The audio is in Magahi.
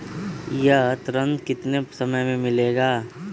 यह ऋण कितने समय मे मिलेगा?